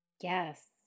Yes